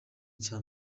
cya